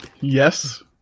Yes